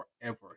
forever